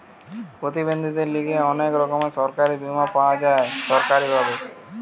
প্রতিবন্ধীদের লিগে অনেক রকমের সরকারি বীমা পাওয়া যায় সরকারি ভাবে